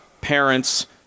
parents